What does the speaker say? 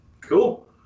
Cool